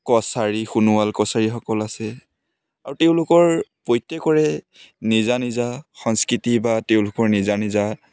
কছাৰী সোনোৱাল কছাৰীসকল আছে আৰু তেওঁলোকৰ প্ৰত্যেকৰে নিজা নিজা সংস্কৃতি বা তেওঁলোকৰ নিজা নিজা